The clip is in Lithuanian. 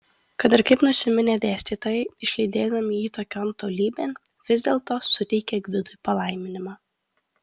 kad ir kaip nusiminė dėstytojai išlydėdami jį tokion tolybėn vis dėlto suteikė gvidui palaiminimą